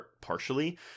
partially